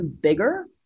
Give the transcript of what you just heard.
bigger